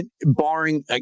Barring